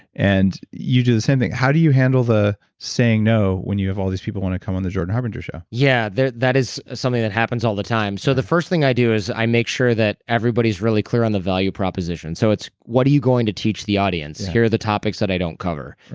and you do the same thing. how do you handle the saying no when you have all these people wanting to come on the jordan harbinger show? yeah, that is something that happens all the time so the first thing i do is i make sure that everybody's really clear on the value proposition so it's, what are you going to teach the audience? here are the topics that i don't cover.